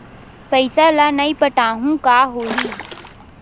पईसा ल नई पटाहूँ का होही?